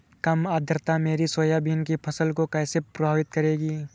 कम आर्द्रता मेरी सोयाबीन की फसल को कैसे प्रभावित करेगी?